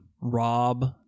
Rob